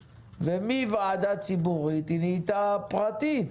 ומוועדה ציבורית היא נהייתה ועדה פרטית.